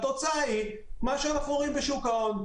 התוצאה היא מה שאנחנו רואים בשוק ההון.